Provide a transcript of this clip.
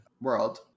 world